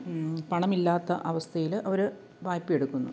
പണമില്ലാത്ത അവസ്ഥയിൽ അവർ വായ്പ്പ എടുക്കുന്നു